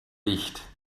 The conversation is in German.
dicht